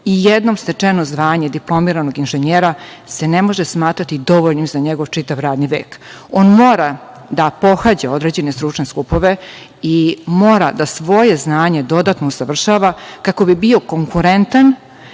i jednom stečeno zvanje diplomiranog inženjera se ne može smatrati dovoljnim za njegov čitav radni vek. On mora da pohađa određene stručne skupove i mora da svoje znanje dodatno usavršava kako bi bio konkurentan